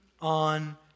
on